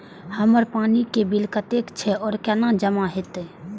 हमर पानी के बिल कतेक छे और केना जमा होते?